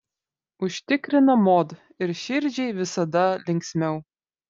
užtikrino mod ir širdžiai visada linksmiau